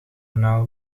anaal